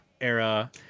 era